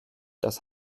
das